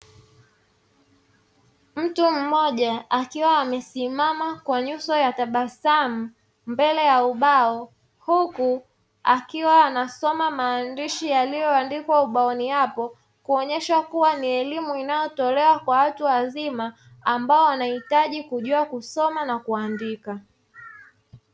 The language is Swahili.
Mtu mmoja akiwa amesimama kwa nyuso ya tabasamu mbele ya ubao, huku akiwa nasoma maandishi yaliyoandikwa ubaoni hapo, kuonyesha kuwa ni elimu inayotolewa kwa watu wazima ambao wanahitaji kujua kusoma na kuandika.